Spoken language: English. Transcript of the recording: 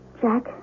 Jack